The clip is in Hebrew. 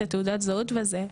את תעודת הזהות וזה,